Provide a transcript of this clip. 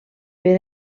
per